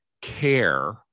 care